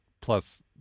plus